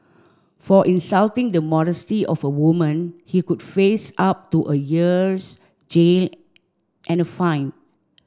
for insulting the modesty of a woman he could face up to a year's and fine